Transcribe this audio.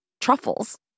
truffles